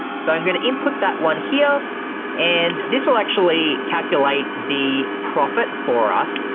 so i'm gonna input that one here and this will actually calculate the profit for us,